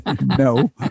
No